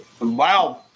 Wow